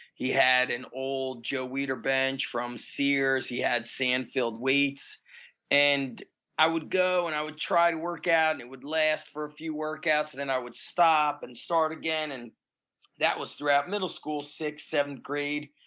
he had an old joe weider bench from sears. he had sand filled weights and i would go and i would try to work out and it would last for a few workouts and then i would stop and start again and that was throughout middle school, sixth seventh grade.